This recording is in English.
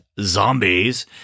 zombies